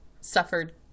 suffered